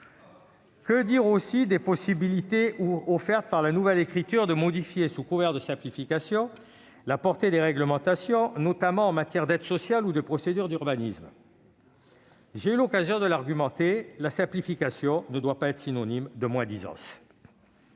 Que dire aussi des possibilités offertes par la nouvelle rédaction de modifier sous couvert de simplification la portée des réglementations, notamment en matière d'aide sociale ou d'urbanisme ? J'ai eu l'occasion d'argumenter sur ce point : la simplification ne doit pas être synonyme de moins-disance.